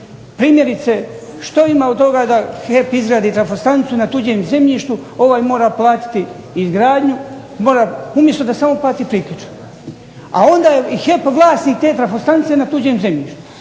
Primjerice, što ima od toga da HEP izradi trafostanicu na tuđem zemljištu, ovaj mora platiti izgradnju, umjesto da samo plati priključak. A onda je HEP vlasnik te trafostanice na tuđem zemljištu,